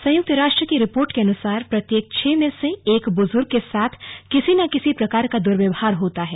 संयुक्त राष्ट्र की रिपोर्ट के अनुसार प्रत्येक छह में से एक बुजुर्ग के साथ किसी न किसी प्रकार का दुर्वयवहार होता है